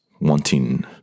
wanting